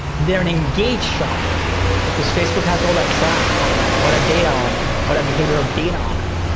and they're an engaged shopper because facebook has all that track on it, all that ah data on them, all that behavioral data on them.